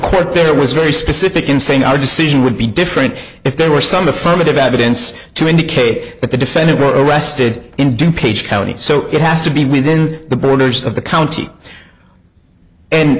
court there was very specific in saying our decision would be different if there were some affirmative evidence to indicate that the defendant were arrested in du page county so it has to be within the borders of the county and